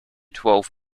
twelve